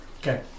Okay